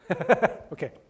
Okay